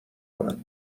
کنم